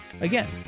again